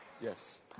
Yes